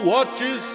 Watches